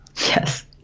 yes